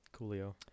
Coolio